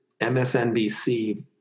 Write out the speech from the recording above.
MSNBC